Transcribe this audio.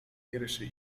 wierszy